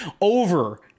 over